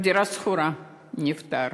בדירה שכורה הוא נפטר.